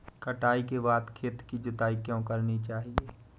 कटाई के बाद खेत की जुताई क्यो करनी चाहिए?